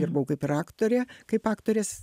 dirbau kaip ir aktorė kaip aktorės